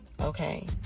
Okay